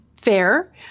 fair